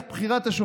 איך הוא נראה עכשיו?